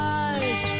eyes